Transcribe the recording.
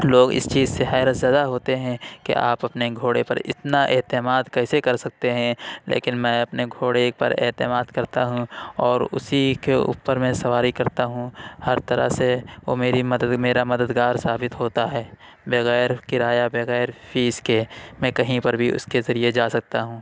لوگ اس چیز سے حیرت زدہ ہوتے ہیں کہ آپ اپنے گھوڑے پر اتنا اعتماد کیسے کر سکتے ہیں لیکن میں اپنے گھوڑے پر اعتماد کرتا ہوں اور اسی کے اوپر میں سواری کرتا ہوں ہر طرح سے وہ میری مدد میرا مدد گار ثابت ہوتا ہے بغیر کرایہ بغیر فیس کے میں کہیں پر بھی اس کے ذریعے جا سکتا ہوں